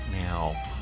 now